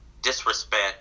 Disrespect